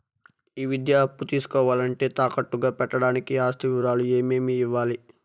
ఈ విద్యా అప్పు తీసుకోవాలంటే తాకట్టు గా పెట్టడానికి ఆస్తి వివరాలు ఏమేమి ఇవ్వాలి?